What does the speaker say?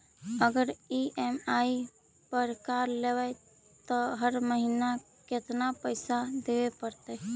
अगर ई.एम.आई पर कार लेबै त हर महिना केतना पैसा देबे पड़तै?